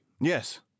yes